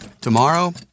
Tomorrow